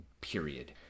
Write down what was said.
period